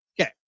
Okay